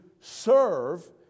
serve